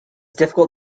difficult